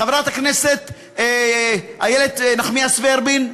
חברת הכנסת איילת נחמיאס ורבין,